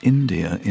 India